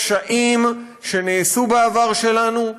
פשעים שנעשו בעבר שלנו,